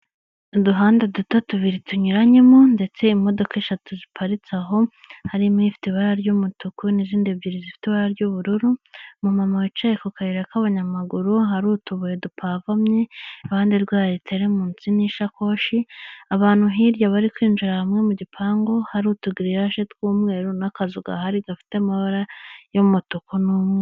Uduhanda duto tubiri tunyuranyemo ndetse imodoka eshatu ziparitse aho, harimo ifite ibara ry'umutuku n'izindi ebyiri zifite ibara ry'ubururu, umumama wicaye ku kayira k'abanyamaguru hari utubuye dupavomye iruhande rwa hari terimusi n'ishakoshi, abantu hirya bari kwinjira hamwe mu gipangu hari utugiriyaje tw'umweru n'akazu gahari gafite amabara y'umutuku n'umweru.